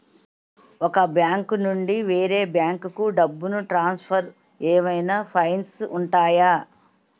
ఒక బ్యాంకు నుండి వేరే బ్యాంకుకు డబ్బును ట్రాన్సఫర్ ఏవైనా ఫైన్స్ ఉంటాయా?